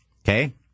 Okay